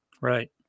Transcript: Right